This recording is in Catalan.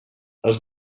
els